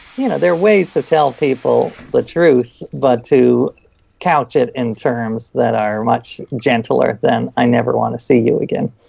you know there are ways to tell people the truth but to couch it in terms that are much gentler than, i never want to see you again.